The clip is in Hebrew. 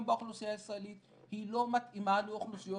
באוכלוסייה הישראלית והיא לא מתאימה לאוכלוסיות